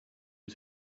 was